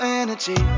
energy